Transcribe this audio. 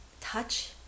touch